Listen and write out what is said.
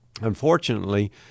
Unfortunately